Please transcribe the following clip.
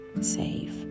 safe